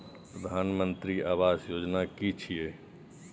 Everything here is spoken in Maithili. प्रधानमंत्री आवास योजना कि छिए?